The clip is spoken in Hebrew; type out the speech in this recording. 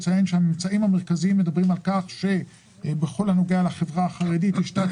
הממצאים המרכזיים מדברים על כך שבכל הנוגע לחברה החרדית יש תת